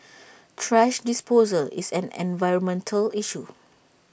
thrash disposal is an environmental issue